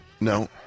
No